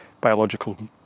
biological